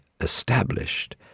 established